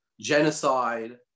genocide